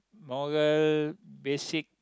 morale basic